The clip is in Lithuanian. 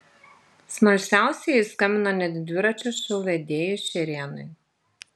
smalsiausieji skambino net dviračio šou vedėjui šerėnui